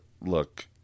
Look